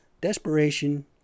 Desperation